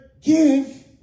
give